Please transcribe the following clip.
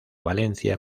valencia